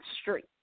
street